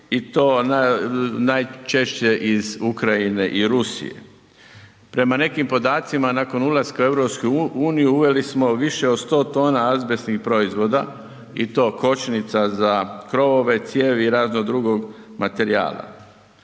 i to najčešće iz Ukrajine i Rusije. Prema nekim podacima, nakon ulaska u EU uveli smo više od 100 tona azbestnih proizvoda i to kočnica za krovove, cijevi i raznog drugog materijala.